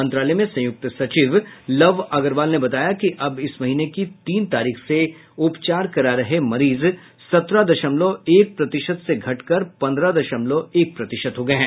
मंत्रालय में संयुक्त सचिव लव अग्रवाल ने बताया कि अब इस महीने की तीन तारीख से उपचार करा रहे मरीज सत्रह दशमलव एक प्रतिशत से घटकर पंद्रह दशमलव एक प्रतिशत हो गए हैं